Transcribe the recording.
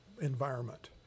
environment